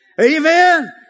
Amen